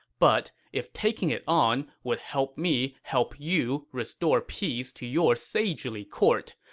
but if taking it on would help me help you restore peace to your sagely court,